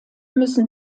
müssen